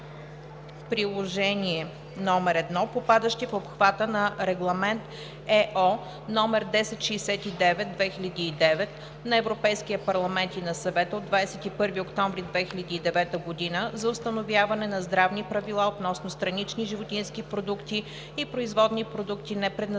приложение № 1 попадащи в обхвата на Регламент (ЕО) № 1069/2009 на Европейския парламент и на Съвета от 21 октомври 2009 година за установяване на здравни правила относно странични животински продукти и производни продукти, непредназначени